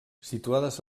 situades